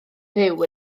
fyw